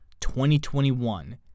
2021